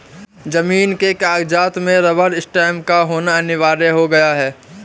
जमीन के कागजात में रबर स्टैंप का होना अनिवार्य हो गया है